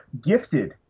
gifted